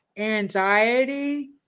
anxiety